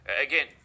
Again